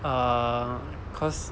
uh cause